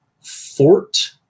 fort